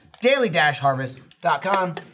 Daily-harvest.com